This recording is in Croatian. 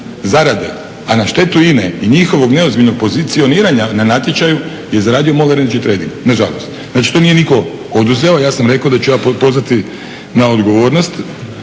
zarade a na štetu INA-e i njihovog neozbiljnog pozicioniranja na natječaju je zaradio MOL Energy Tradeing nažalost. Znači to nije nitko oduzeo, ja sam rekao da ću ja pozvati na odgovornost